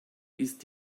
ist